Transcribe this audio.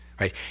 right